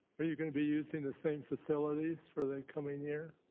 going to be using the same facilities for the coming year?